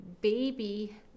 baby